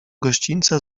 gościńca